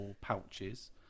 pouches